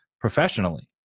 professionally